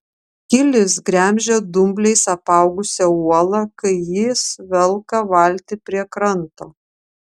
kilis gremžia dumbliais apaugusią uolą kai jis velka valtį prie kranto